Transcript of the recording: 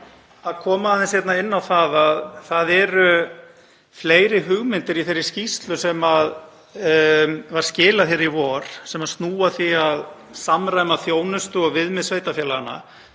að koma aðeins inn á það að það eru fleiri hugmyndir í þeirri skýrslu sem var skilað í vor sem snúa að því að samræma þjónustu og viðmið sveitarfélaganna.